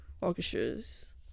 orchestras